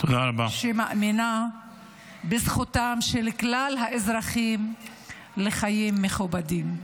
שמאמינה בזכותם של כלל האזרחים לחיים מכובדים.